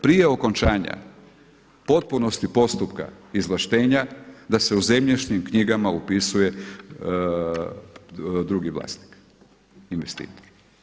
Prije okončanja potpunosti postupka izvlaštenja da se u zemljišnim knjigama upisuje drugi vlasnik, investitor.